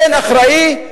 אין אחראי?